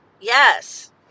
yes